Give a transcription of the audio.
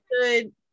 good